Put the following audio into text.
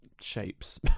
shapes